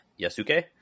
Yasuke